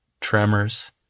Tremors